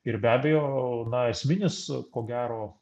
ir be abejo na esminis ko gero